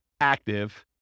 active